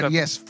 yes